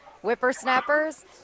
Whippersnappers